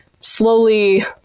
slowly